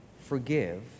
forgive